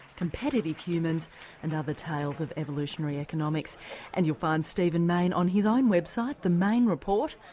competitive humans and other tales of evolutionary economics and you'll find stephen mayne on his own website, the mayne report,